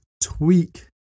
tweak